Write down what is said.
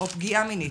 או פגיעה מינית,